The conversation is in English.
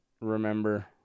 remember